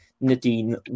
Nadine